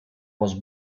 was